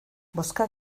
bozka